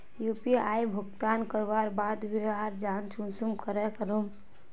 UPI भुगतान करवार बाद वहार जाँच कुंसम करे करूम?